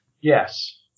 Yes